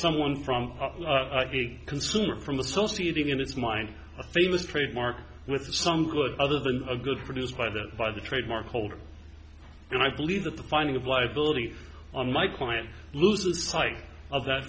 someone from the consumer from the so seating in its mind a famous trademark with some good other than a good produced by the by the trademark holder and i believe that the finding of liability on my client loses sight o